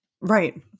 Right